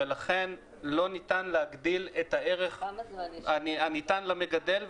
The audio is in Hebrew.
ולכן לא ניתן להגדיל את הערך הניתן למגדל,